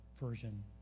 version